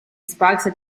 sparse